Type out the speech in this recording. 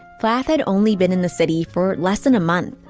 plath had only been in the city for less than a month.